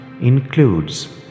includes